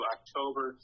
October